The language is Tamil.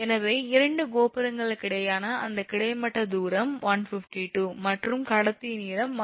எனவே இரண்டு கோபுரங்களுக்கிடையேயான அந்த கிடைமட்ட தூரம் 152 கடத்தியின் நீளம் 152